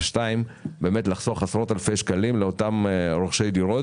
(2) באמת לחסוך עשרות אלפי שקלים לאותם רוכשי דירות,